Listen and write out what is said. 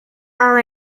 are